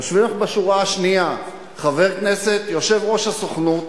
יושבים לך בשורה השנייה חבר כנסת יושב-ראש הסוכנות,